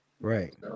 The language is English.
Right